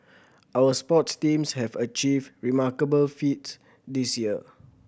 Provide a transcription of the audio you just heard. our sports teams have achieved remarkable feats this year